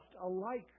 alike